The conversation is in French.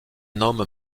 nomme